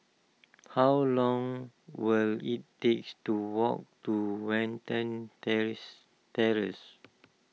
how long will it takes to walk to Watten Terrace Terrace